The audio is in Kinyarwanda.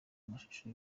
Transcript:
amashusho